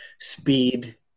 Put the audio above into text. speed